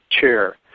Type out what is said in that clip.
chair